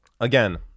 again